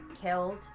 killed